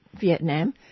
Vietnam